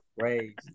crazy